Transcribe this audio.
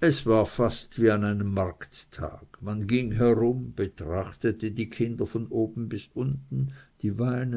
es war fast wie an einem markttag man ging herum betrachtete die kinder von oben bis unten die weinend